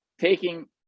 taking